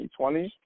2020